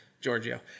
Giorgio